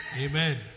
Amen